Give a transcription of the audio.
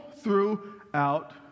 throughout